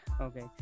okay